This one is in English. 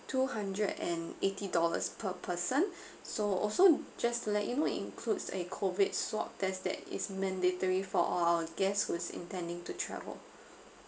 two hundred and eighty dollars per person so also just to let you know it includes a COVID swab test that is mandatory for all our guests who's intending to travel